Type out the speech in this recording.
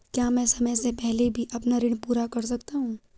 क्या मैं समय से पहले भी अपना ऋण पूरा कर सकता हूँ?